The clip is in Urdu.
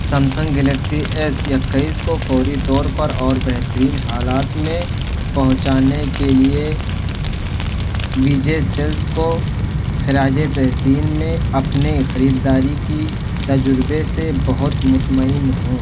سمسنگ گلیکسی ایس اکیس کو فوری طور پر اور بہترین حالات میں پہنچانے کے لیے وجے سیلز کو خراجِ تحسین میں اپنے خریداری کے تجربے سے بہت مطمئن ہوں